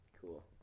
Cool